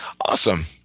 awesome